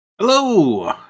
Hello